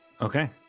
Okay